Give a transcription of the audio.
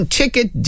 ticket